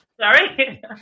Sorry